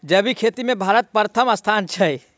जैबिक खेती मे भारतक परथम स्थान छै